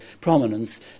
prominence